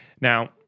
now